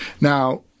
Now